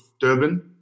Durban